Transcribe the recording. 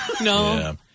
No